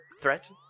threat